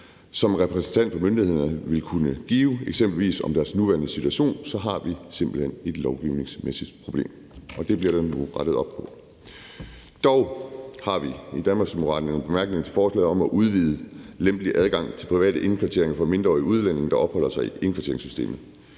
en repræsentant for myndighederne vil kunne give, eksempelvis om deres nuværende situation, så har vi simpelt hen et lovgivningsmæssigt problem. Det bliver der nu rettet op på. Dog har vi i Danmarksdemokraterne nogle bemærkninger til forslaget om at udvide lempelig adgang til private indkvarteringer for mindreårige udlændinge, der opholder sig i indkvarteringssystemet.